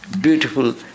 Beautiful